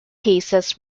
cases